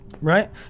right